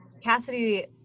Cassidy